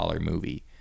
movie